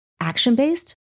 action-based